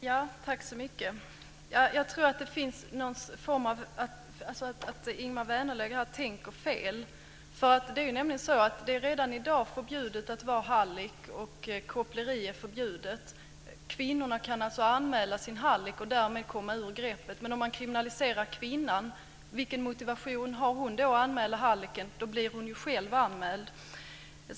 Fru talman! Jag tror att Ingemar Vänerlöv tänker fel. Det är redan i dag förbjudet att vara hallick, och koppleri är förbjudet. Kvinnorna kan alltså anmäla sin hallick och därmed komma ur greppet. Men vilken motivation har kvinnan för att anmäla hallicken om man kriminaliserar henne? Då blir hon ju själv anmäld.